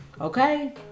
Okay